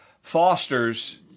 fosters